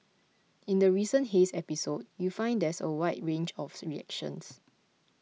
in the recent haze episode you find there's a wide range of the reactions